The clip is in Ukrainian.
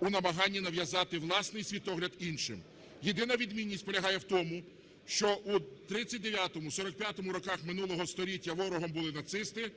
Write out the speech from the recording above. у намаганні нав'язати власний світогляд іншим. Єдина відмінність полягає в тому, що у 1939-1945 роках минулого століття ворогом були нацисти,